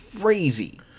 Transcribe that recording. crazy